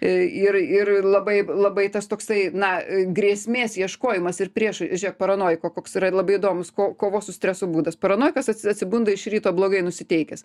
ir ir labai labai tas toksai na grėsmės ieškojimas ir priešai žiūrėk paranojiko koks yra labai įdomus ko kovos su stresu būdas paranojikas ats atsibunda iš ryto blogai nusiteikęs